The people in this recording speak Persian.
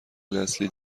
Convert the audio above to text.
نسلی